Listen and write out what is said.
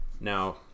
now